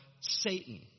Satan